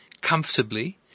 comfortably